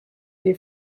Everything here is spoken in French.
les